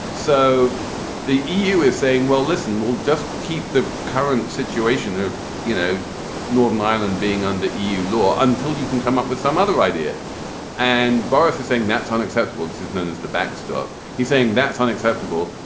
so the eu is saying well listen we'll just keep the current situation of you know northern ireland being under eu law until you can come up with some other idea and boris is saying that's unacceptable. this is known as the backstop. he's saying that's unacceptable.